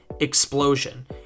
explosion